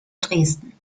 dresden